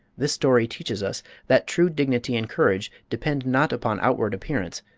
this story teaches us that true dignity and courage depend not upon outward appearance,